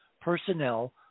personnel